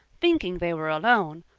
thinking they were alone,